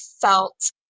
felt